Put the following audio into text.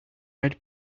red